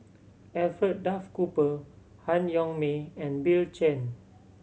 Alfred Duff Cooper Han Yong May and Bill Chen